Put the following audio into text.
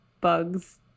bugs